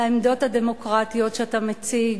לעמדות הדמוקרטיות שאתה מציג,